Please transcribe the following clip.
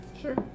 Sure